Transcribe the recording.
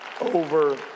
over